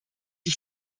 ich